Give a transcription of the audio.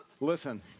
Listen